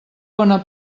bona